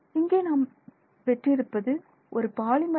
இங்கே நாம் பெற்றிருப்பது ஒரு பாலிமர் அமைப்பு